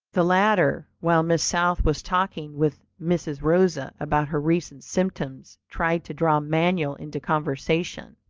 the latter, while miss south was talking with mrs. rosa about her recent symptoms, tried to draw manuel into conversation,